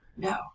No